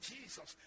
Jesus